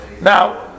Now